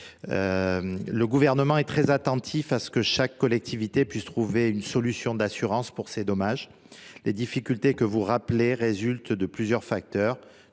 Le Gouvernement est très attentif à ce que chaque collectivité puisse trouver une solution d’assurance pour ses dommages. Les difficultés que vous rappelez résultent de plusieurs facteurs.